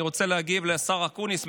אני רוצה להגיב לשר אקוניס,